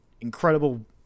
incredible